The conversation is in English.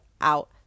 out